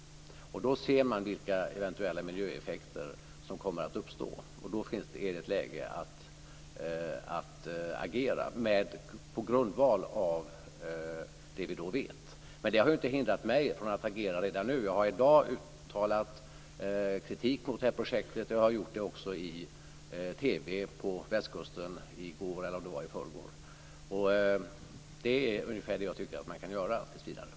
Då ser man vilka eventuella miljöeffekter som kommer att uppstå. Då är det läge att agera på grundval av det som vi då vet. Detta har inte hindrat mig från att agera redan nu. Jag har i dag uttalat kritik mot detta projekt. Jag gjorde det också i TV på västkusten i går eller i förrgår. Detta är ungefär vad jag tycker att man kan göra tills vidare.